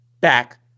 back